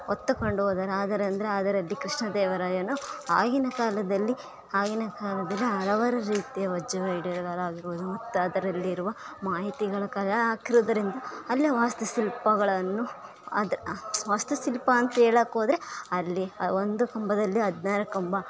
ಹೊತ್ತುಕೊಂಡ್ ಹೋದರು ಆದರಂದ್ರೆ ಆದರೆ ಡಿ ಕೃಷ್ಣ ದೇವಾರಾಯನು ಆಗಿನ ಕಾಲದಲ್ಲಿ ಆಗಿನ ಕಾಲದಲ್ಲಿ ಹಲವಾರು ರೀತಿಯ ವಜ್ರ ವೈಢೂರ್ಯರಾಗಿರಬಹುದು ಮತ್ತು ಅದರಲ್ಲಿರುವ ಮಾಹಿತಿಗಳ ಕಲೆ ಹಾಕೋದರಿಂದ ಅಲ್ಲೇ ವಾಸ್ತುಶಿಲ್ಪಗಳನ್ನು ಅದು ಆ ವಾಸ್ತುಶಿಲ್ಪ ಅಂತ ಹೇಳೋಕೋದ್ರೆ ಅಲ್ಲಿ ಅ ಒಂದು ಕಂಬದಲ್ಲಿ ಹದಿನಾರು ಕಂಬ